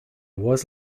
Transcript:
was